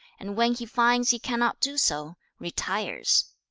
and when he finds he cannot do so, retires.